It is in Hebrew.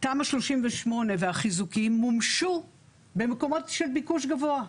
תמ"א 38 והחיזוקים מומשו במקומות של ביקוש גבוה.